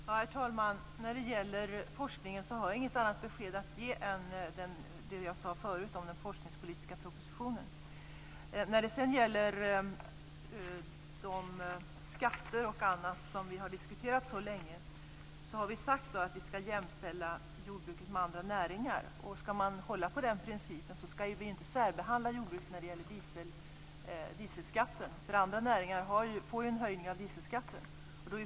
Herr talman! Jag har när det gäller forskningen inget annat besked att ge än det som jag tidigare sade om den forskningspolitiska propositionen. Vad sedan beträffar de skatter och annat som vi så länge har diskuterat har vi sagt att vi ska jämställa jordbruket med andra näringar. Om vi ska hålla på den principen ska vi inte särbehandla jordbruket när det gäller dieselskatten. Andra näringar får ju en höjning av dieselskatten.